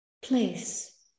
place